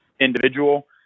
individual